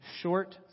short